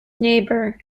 neighbour